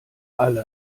alle